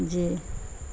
جی